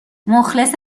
مخلص